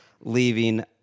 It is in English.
leaving